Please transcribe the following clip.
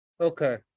Okay